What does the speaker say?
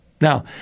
Now